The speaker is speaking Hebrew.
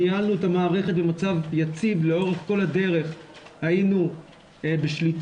ניהלנו את המערכת במצב יציב לאורך כל הדרך היינו בשליטה,